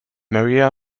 maria